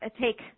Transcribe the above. take